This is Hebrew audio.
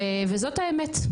וזאת האמת.